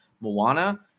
Moana